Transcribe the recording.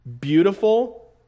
beautiful